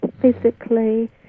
physically